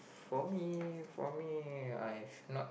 for me for me I have not